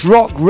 Rock